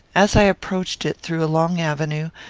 as i approached it, through a long avenue,